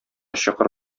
чокыр